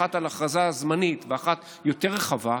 אחת הכרזה זמנית ואחת יותר רחבה,